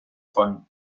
von